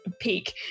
peak